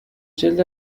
جلد